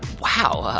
wow,